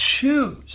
choose